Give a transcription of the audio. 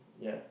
ya